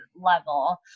level